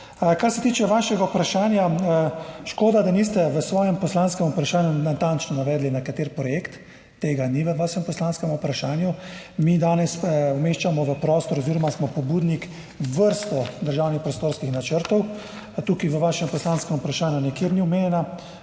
Kar se tiče vašega vprašanja, škoda, da niste v svojem poslanskem vprašanju natančno navedli, na kateri projekt. Tega ni v vašem poslanskem vprašanju. Mi danes umeščamo v prostor oziroma smo pobudnik vrste državnih prostorskih načrtov, v vašem poslanskem vprašanju nikjer ni omenjeno,